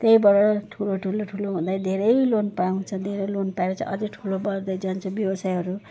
त्यहीबाट ठुलो ठुलो ठुलो हुँदै धेरै लोन पाउँछ धेरै लोन पाएर चाहिँ अझ ठुलो बढ्दै जान्छ व्यवसायहरू